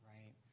Right